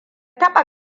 taɓa